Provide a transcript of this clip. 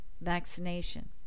vaccination